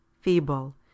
feeble